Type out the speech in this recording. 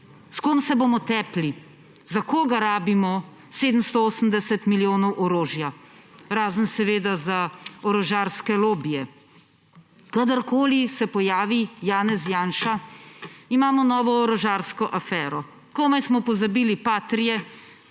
S kom se bomo tepli? Za koga rabimo 780 milijonov orožja? Razen seveda za orožarske lobije. Kadarkoli se pojavi Janez Janša, imamo novo orožarsko afero. Komaj smo pozabili patrije,